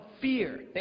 fear